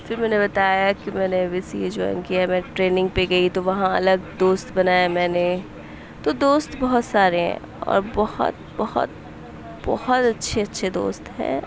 پھر میں نے بتایا ہے کہ میں نے بی سی اے جوائن کیا میں ٹریننگ پہ گئی تو وہاں الگ دوست بنایا میں نے تو دوست بہت سارے ہیں اور بہت بہت بہت اچھے اچھے دوست ہیں